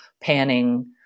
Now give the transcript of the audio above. panning